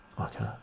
okay